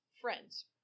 friends